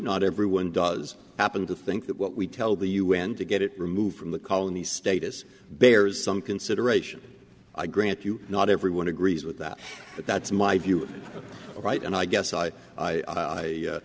not everyone does happen to think that what we tell the un to get it removed from the colonies status bears some consideration i grant you not everyone agrees with that but that's my view right and i guess i